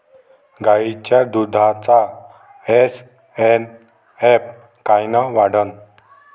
गायीच्या दुधाचा एस.एन.एफ कायनं वाढन?